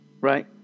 Right